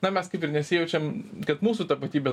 na mes kaip ir nesijaučiam kad mūsų tapatybė